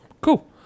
cool